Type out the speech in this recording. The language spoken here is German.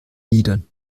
liedern